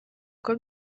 uko